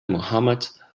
mohammad